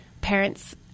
parents